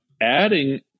adding